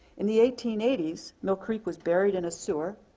in the eighteen eighty s, mill creek was buried in a sewer,